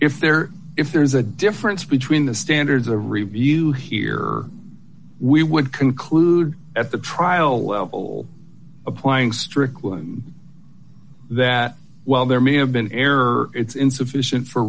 if there if there's a difference between the standards a review here we would conclude at the trial level applying strickland that while there may have been error it's insufficient for